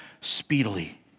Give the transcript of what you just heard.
speedily